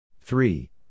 three